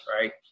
right